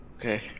okay